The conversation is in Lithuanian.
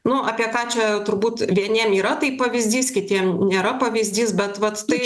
nu apie ką čia turbūt vieniem yra tai pavyzdys kitiem nėra pavyzdys bet vat tai